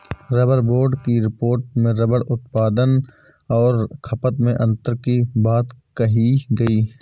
rubber board की report में rubber उत्पादन और खपत में अन्तर की बात कही गई